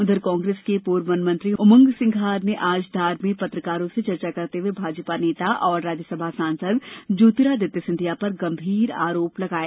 उधर कांग्रेस के पूर्व वन मंत्री उमंग सिंघार ने आज धार में पत्रकारों से चर्चा करते हुए भाजपा नेता और राज्यसभा सांसद ज्योतिरादित्य सिंधिया पर गंभीर आरोप लगाए